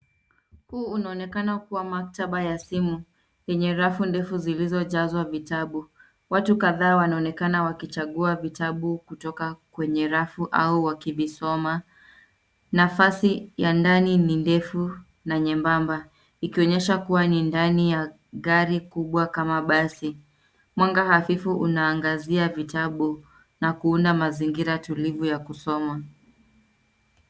Huu unaoneokana kuwa maktaba ya simu yenye rafu ndefu zilizojazwa vitabu. Watu kadhaa wanaonekana wakichagua vitabu kutoka kwenye rafu au wakivisoma. Nafasi ya ndani ni ndefu na nyembamba. Ikionyesha kuwa ni ndani ya gari kubwa kama basi. Mwanga hafifu unaangazia vitabu na kuunda mazingira tulivu ya kusoma.